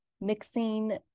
mixing